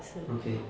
okay